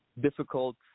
difficult